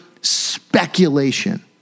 speculation